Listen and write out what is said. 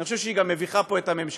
אני גם חושב שהיא מביכה פה את הממשלה.